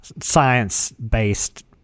science-based